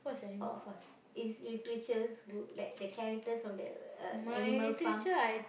uh is literature's book like the characters from there uh animal farm